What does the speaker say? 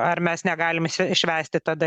ar mes negalim švęsti tada